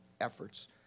efforts